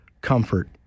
comfort